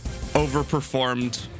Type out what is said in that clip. overperformed